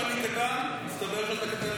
כמה שאני קטן, מסתבר שאתה קטן יותר.